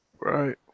Right